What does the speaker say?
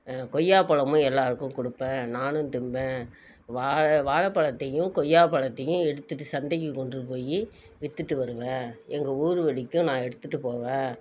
கொய்யாப் பழமும் எல்லாருக்கும் கொடுப்பேன் நானும் தின்பேன் வாழ வாழப் பழத்தையும் கொய்யாப் பழத்தையும் எடுத்துகிட்டு சந்தைக்குக் கொண்டு போய் விற்றுட்டு வருவேன் எங்கள் ஊரு வெளிக்கும் நான் எடுத்துகிட்டு போவேன்